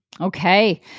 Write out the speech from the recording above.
Okay